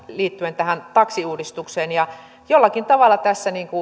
liittyen tähän taksiuudistukseen niin jollakin tavalla tässä